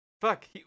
fuck